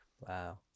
Wow